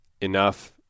enough